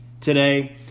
today